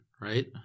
right